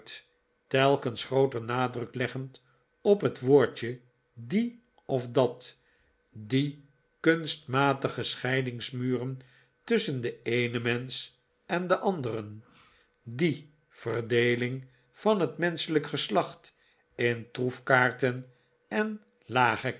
telkens grooter nadruk leggend op het woordje die of dat die kunstmatige scheidsmuren tusschen den eenen mensch en den anderen die verdeeling van het menschelijk geslacht in troefkaarten en